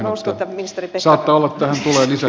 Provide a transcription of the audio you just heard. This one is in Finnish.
no niin jatketaan myöhemmin